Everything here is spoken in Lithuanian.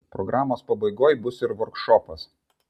programos pabaigoj bus ir vorkšopas